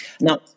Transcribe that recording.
Now